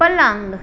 પલંગ